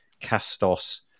Castos